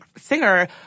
singer